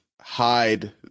hide